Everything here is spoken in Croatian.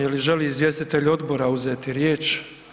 Je li želi izvjestitelji odbora uzeti riječ?